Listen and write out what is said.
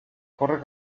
córrer